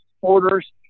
orders